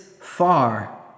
far